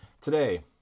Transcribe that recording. Today